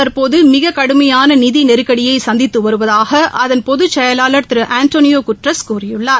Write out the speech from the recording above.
தற்போது மிக கடுமையான நிதி நெருக்கடியை சந்தித்து வருவதாக அதன் பொதுச்செயலாளர் திரு அண்டோனியோ குட்ரஸ் கூறியுள்ளார்